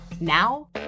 Now